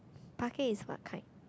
pakeh is what kind